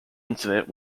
incident